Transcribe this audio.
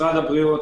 משרד הבריאות,